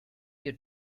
you